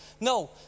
No